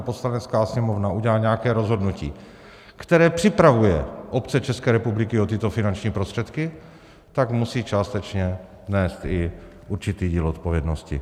Poslanecká sněmovna udělají nějaké rozhodnutí, které připravuje obce České republiky o tyto finanční prostředky, tak musí částečně nést i určitý díl odpovědnosti.